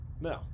No